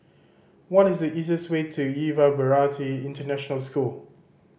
what is the easiest way to Yuva Bharati International School